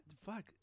fuck